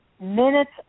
minutes